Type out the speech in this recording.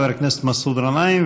חבר הכנסת מסעוד גנאים,